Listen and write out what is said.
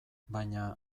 baina